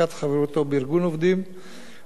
חברותו בוועד העובדים או פעילותו בוועד